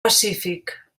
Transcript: pacífic